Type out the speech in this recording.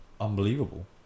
unbelievable